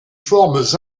formes